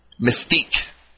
Mystique